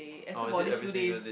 eh except for this few days